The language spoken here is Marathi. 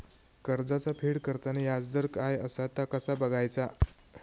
कर्जाचा फेड करताना याजदर काय असा ता कसा बगायचा?